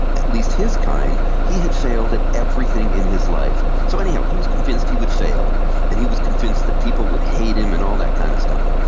at least his kind, he had failed at everything in his life. so anyway, he was convinced he would fail and he was convinced that people would hate him and all that kind of stuff.